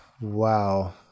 Wow